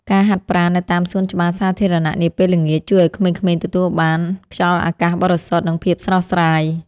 ការហាត់ប្រាណនៅតាមសួនច្បារសាធារណៈនាពេលល្ងាចជួយឱ្យក្មេងៗទទួលបានខ្យល់អាកាសបរិសុទ្ធនិងភាពស្រស់ស្រាយ។